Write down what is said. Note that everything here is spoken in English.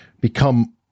become